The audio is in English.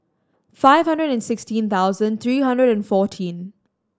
five hundred and sixteen thousand three hundred and fourteen